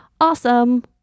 awesome